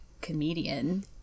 comedian